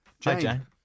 Jane